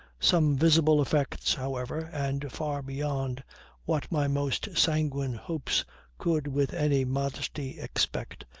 some visible effects, however, and far beyond what my most sanguine hopes could with any modesty expect,